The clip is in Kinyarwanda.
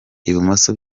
ibumoso